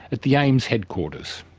at the aims headquarters.